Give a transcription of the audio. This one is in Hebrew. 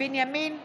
בנימין גנץ,